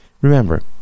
Remember